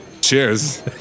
Cheers